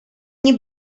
nie